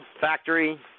factory